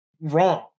Wrong